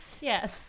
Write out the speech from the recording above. Yes